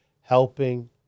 helping